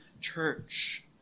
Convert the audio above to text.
church